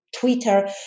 Twitter